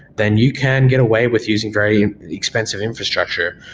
then you can get away with using very expensive infrastructure.